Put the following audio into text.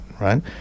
right